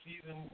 season